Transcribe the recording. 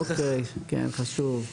כן חשוב.